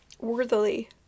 worthily